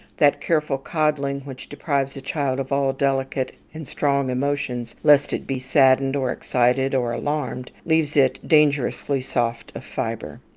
that careful coddling which deprives a child of all delicate and strong emotions lest it be saddened, or excited, or alarmed, leaves it dangerously soft of fibre.